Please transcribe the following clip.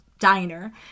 Diner